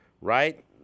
right